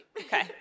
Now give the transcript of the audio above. Okay